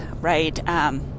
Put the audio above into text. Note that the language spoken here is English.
right